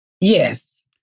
Yes